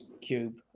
Cube